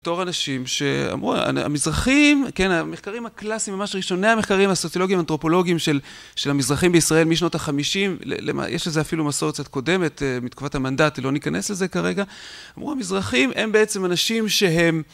תור אנשים שאמרו המזרחים כן המחקרים הקלאסיים ממש ראשוני המחקרים הסוציולוגיים אנתרופולוגיים של של המזרחים בישראל משנות החמישים יש לזה אפילו מסורת קצת קודמת מתקופת המנדט לא ניכנס לזה כרגע, אמרו המזרחים הם בעצם אנשים שהם